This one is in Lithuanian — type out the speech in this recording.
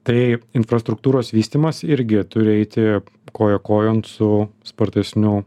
tai infrastruktūros vystymas irgi turi eiti koja kojon su spartesniu